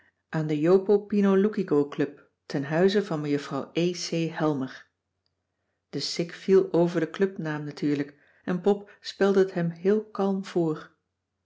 aan de jopopinoloukicoclub ten huize van mej e c helmer de sik viel over den clubnaam natuurlijk en pop spelde het hem heel kalm voor